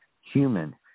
Human